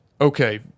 Okay